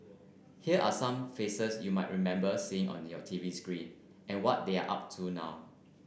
here are some faces you might remember seeing on your T V screen and what they're up to now